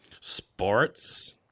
Sports